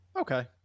Okay